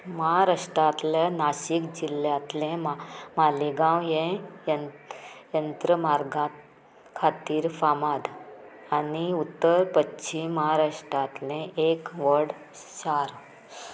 महाराष्ट्रांतले नासीक जिल्ल्यांतले मा मालेगांव हें यंत्रमार्गा खातीर फामाद आनी उत्तर पश्चीम महाराष्ट्रांतले एक व्हड शार